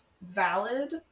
valid